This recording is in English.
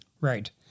right